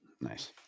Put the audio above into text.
Nice